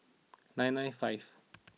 nine nine five